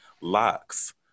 locks